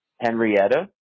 Henrietta